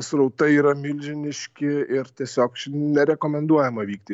srautai yra milžiniški ir tiesiog nerekomenduojama vykti